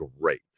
great